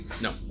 No